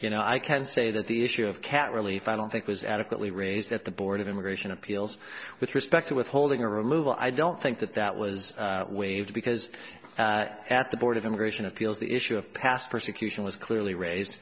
you know i can say that the issue of cat relief i don't think was adequately raised at the board of immigration appeals with respect to withholding or removal i don't think that that was waived because at the board of immigration appeals the issue of past persecution was clearly raised